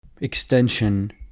extension